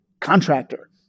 contractor